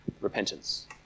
repentance